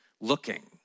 looking